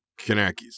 Kanakis